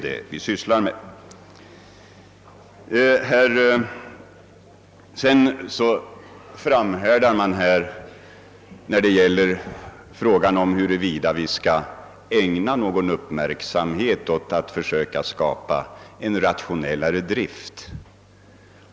Man framhärdar när det gäller frågan huruvida vi skall ägna någon uppmärksamhet åt att försöka skapa en rationellare drift.